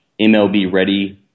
MLB-ready –